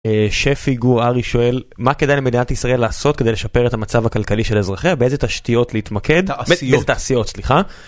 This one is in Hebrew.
שפיגוארי שואל: מה כדאי למדינת ישראל לעשות כדי לשפר את המצב הכלכלי של אזרחיה, באיזה תשתיות להתמקד. האמת תעשיות, תעשיות סליחה